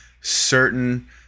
certain